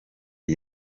iyi